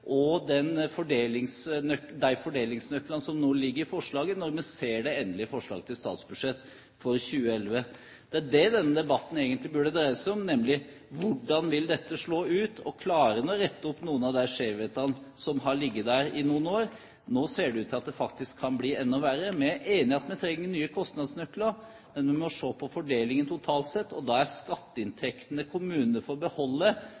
de fordelingsnøklene som nå ligger i forslaget, når vi ser det endelige forslaget til statsbudsjett for 2011. Det er det denne debatten egentlig burde dreie seg om, nemlig: Hvordan vil dette slå ut? Klarer en å rette opp noen av de skjevhetene som har ligget der i noen år? Nå ser det ut til at det faktisk kan bli enda verre. Vi er enig i at vi trenger nye kostnadsnøkler, men vi må se på fordelingen totalt sett, og da er skatteinntektene kommunene får beholde,